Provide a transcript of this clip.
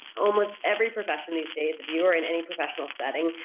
almost every profession these days, if you are in any professional setting,